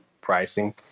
pricing